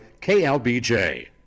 KLBJ